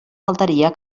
faltaria